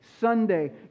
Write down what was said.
Sunday